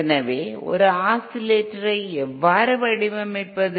எனவே ஒரு ஆஸிலேட்டரை எவ்வாறு வடிவமைப்பது